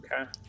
Okay